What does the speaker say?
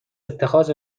اتخاذ